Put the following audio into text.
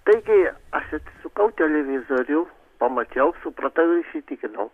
taigi aš atsisukau televizorių pamačiau supratau ir įsitikinau